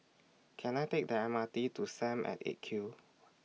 Can I Take The M R T to SAM At eight Q